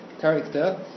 character